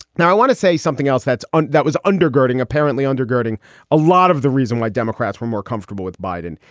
now, i want to say something else that's um that was undergirding, apparently undergirding a lot of the reason why democrats were more comfortable with biden.